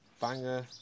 banger